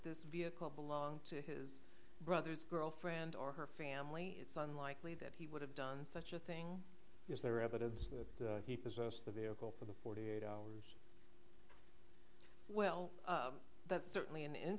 this vehicle belonged to his brother's girlfriend or her family it's unlikely that he would have done such a thing is there evidence that he possessed the vehicle for the forty eight hours well that's certainly an in